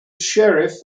sheriff